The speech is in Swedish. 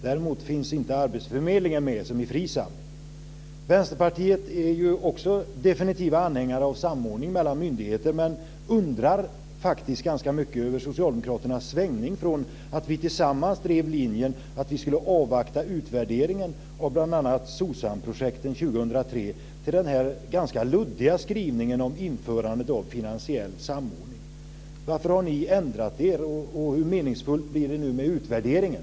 Däremot finns inte arbetsförmedlingen med som är i FRISAM. Vänsterpartiet är också definitiv anhängare av samordning mellan myndigheter men undrar faktiskt ganska mycket över socialdemokraternas svängning från att vi tillsammans drev linjen att vi skulle avvakta utvärderingen av bl.a. SOSAM-projekten 2003 till den ganska luddiga skrivningen om införandet av finansiell samordning. Varför har ni ändrat er? Hur meningsfullt blir det nu med utvärderingen?